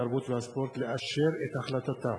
התרבות והספורט לאשר את החלטתה,